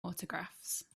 autographs